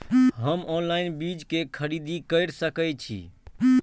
हम ऑनलाइन बीज के खरीदी केर सके छी?